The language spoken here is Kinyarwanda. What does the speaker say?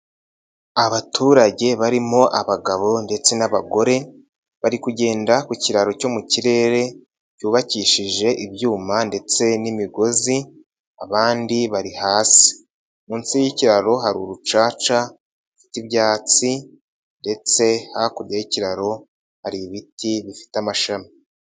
Abaturage barimo abagabo ndetse n'abagore. Bari kugenda ku kiraro cyo mu kirere cyubakishije ibyuma ndetse n'imigozi, abandi bari hasi. Munsi y'ikiraro hari urucaca rw'ibyatsi ndetse hakurya y'ikiraro hari ibiti bifite amashami.